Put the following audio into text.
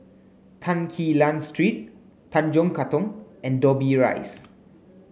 Tan Quee Lan Street Tanjong Katong and Dobbie Rise